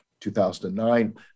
2009